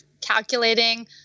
calculating